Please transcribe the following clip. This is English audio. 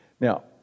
Now